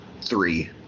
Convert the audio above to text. three